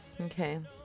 okay